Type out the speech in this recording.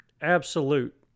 absolute